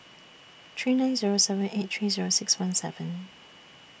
three nine Zero seven eight three Zero six one seven